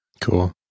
cool